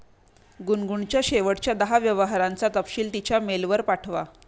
गुनगुनच्या शेवटच्या दहा व्यवहारांचा तपशील तिच्या मेलवर पाठवा